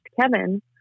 Kevin